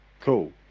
cool